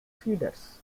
feeders